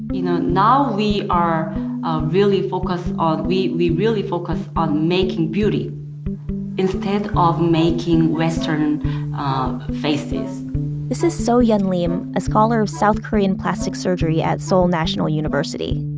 you know, now we are really focused on, we we really focus on making beauty instead of making western um faces this is so yeon leem, a scholar of south korean plastic surgery at seoul national university.